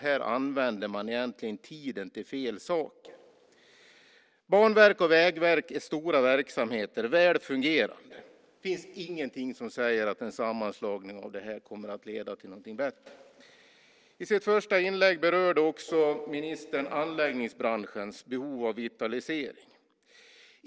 Här använder man tiden till fel saker. Banverket och Vägverket är stora, väl fungerande verksamheter. Det finns inget som säger att en sammanslagning av dem kommer att leda till något bättre. I sitt första inlägg berörde ministern också anläggningsbranschens behov av vitalisering.